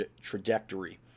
trajectory